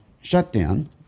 shutdown